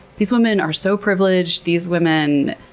these women are so privileged, these women,